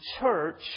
church